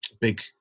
big